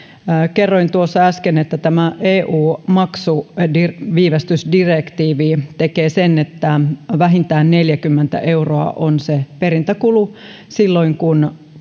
kerroin tuossa äsken että tämä eun maksuviivästysdirektiivi tekee sen että vähintään neljäkymmentä euroa on se perintäkulu silloin kun